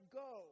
go